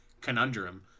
conundrum